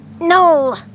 No